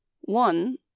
one